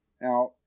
Now